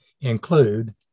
include